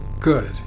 Good